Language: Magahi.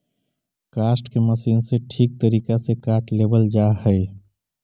काष्ठ के मशीन से ठीक तरीका से काट लेवल जा हई